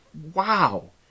wow